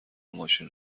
ماشین